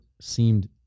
seemed